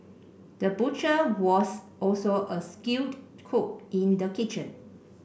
the butcher was also a skilled cook in the kitchen